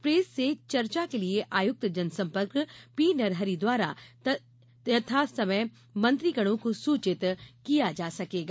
press से चर्चा के लिए आयुक्त जनसम्पर्क पी नरहरि द्वारा यथा समय मंत्रीगणों को सूचित किया जा सकेगा